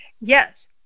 yes